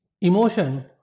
emotion